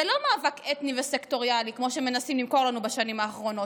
זה לא מאבק אתני וסקטוריאלי כמו שמנסים למכור לנו בשנים האחרונות,